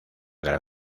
gran